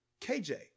KJ